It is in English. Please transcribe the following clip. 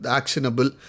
actionable